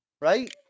right